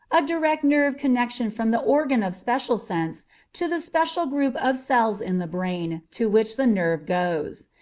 a direct nerve connection from the organ of special sense to the special group of cells in the brain to which the nerve goes.